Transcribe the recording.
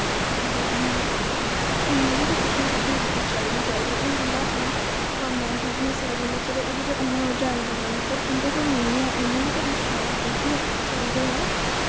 फिर उ'नें उ'नें बी ते कुछ न कुछ नौकरी चाहिदी गै चाहिदी ते हून जिंदा अपना कम्म ऐ बिजनस ऐ जिंदा चलो ओह् ते उ'नें ओह् जाईन करी लैना पर जिंदे कोल नेईं ऐ उ'नें बी ते कुछ चाहिदा ओह् बी इक चांह्दे ऐ